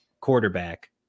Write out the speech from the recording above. Quarterback